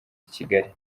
kigali